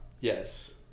Yes